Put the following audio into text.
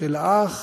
של האח,